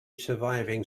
surviving